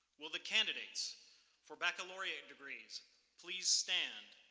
will the candidates for baccalaureate degrees please stand,